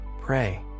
pray